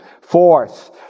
Fourth